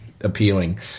appealing